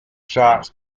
shops